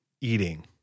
Eating